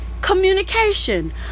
communication